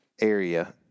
area